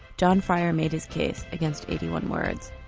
john fryer made his case against eighty one words.